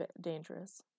dangerous